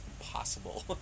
impossible